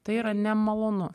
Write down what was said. tai yra nemalonu